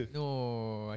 No